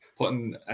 Putting